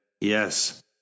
yes